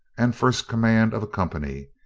and first command of a company,